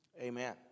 Amen